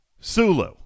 Sulu